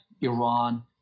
Iran